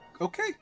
Okay